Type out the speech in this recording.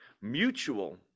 Mutual